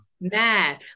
mad